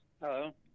Hello